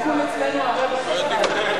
צריך להוציא את